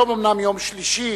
היום אומנם יום שלישי